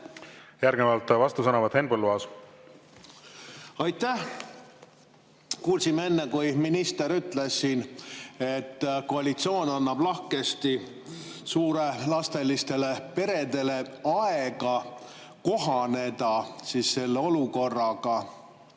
Järgnevalt vastusõnavõtt, Henn Põlluaas! Aitäh! Kuulsime enne, kui minister ütles siin, et koalitsioon annab lahkesti [palju]lapselistele peredele aega kohaneda selle olukorraga